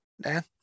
Dan